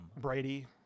Brady